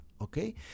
okay